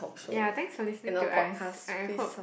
ya thanks for listening to us and I hope